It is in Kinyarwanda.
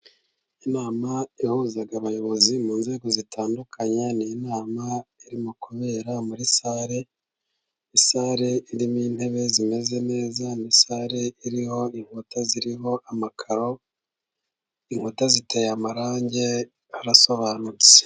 Inama ihuza abayobozi mu nzego zitandukanye, ni inama irimo kubera muri sare, sare irimo intebe zimeze neza, ni sare iriho inkuta ziriho amakaro, inkuta ziteye amarang, arasobanutse.